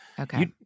okay